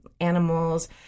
animals